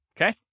Okay